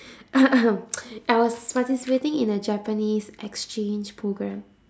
I was participating in a japanese exchange programme